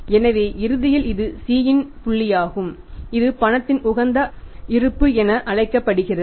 எனவே இது பணத்தின் C அளவு என அழைக்கப்படுகிறது